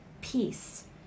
peace